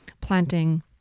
planting